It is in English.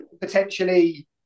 potentially